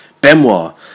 benoit